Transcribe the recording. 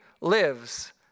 lives